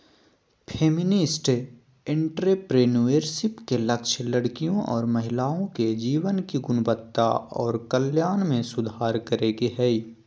feminist entrepreneurship के लक्ष्य लड़कियों और महिलाओं के जीवन की गुणवत्ता और कल्याण में सुधार करे के हय